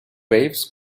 waves